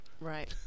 Right